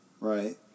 Right